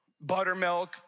Buttermilk